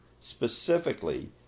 specifically